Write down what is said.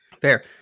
Fair